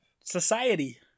Society